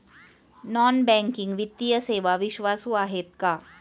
Non banking वित्तीय सेवा विश्वासू आहेत का?